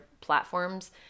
platforms